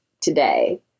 today